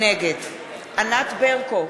נגד ענת ברקו,